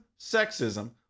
sexism